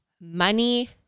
money